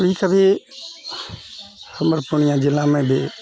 कभी कभी हमर पूर्णियाँ जिलामे भी